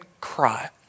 cry